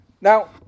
Now